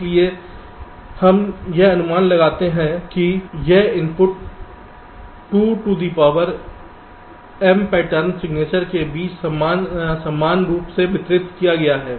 इसलिए हम यह अनुमान लगाते हैं कि यह input 2 to the power m pattern signature के बीच समान रूप से वितरित किया गया है